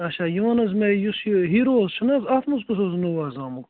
اَچھا یہِ وَن حظ مےٚ یُس یہِ ہیٖروس چھُنہٕ حظ اَتھ منٛز کُس حظ نو اَز آمُت